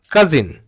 Cousin